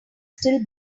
still